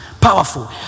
Powerful